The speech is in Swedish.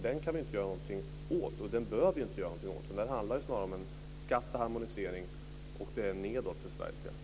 Den kan vi inte göra någonting åt, och den bör vi inte göra någonting åt. Det handlar snarare om en skatteharmonisering, och det nedåt för Sveriges del.